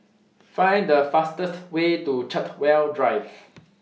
Find The fastest Way to Chartwell Drive